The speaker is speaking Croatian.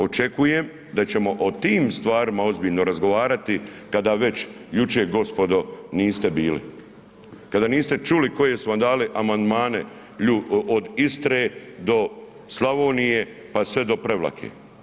Očekujem da ćemo o tim stvarima ozbiljno razgovarati kada već jučer gospodo niste bili, kada niste čuli koje su vam dali amandmane od Istre do Slavonije pa sve do Prevlake.